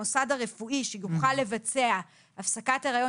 המוסד הרפואי שיוכל לבצע הפסקת הריון